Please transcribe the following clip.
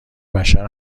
بشر